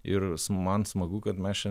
ir man smagu kad mes čia